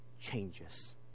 changes